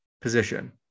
position